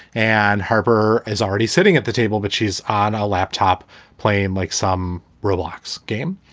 and harper is already sitting at the table, but she's on a laptop playing like some robots game.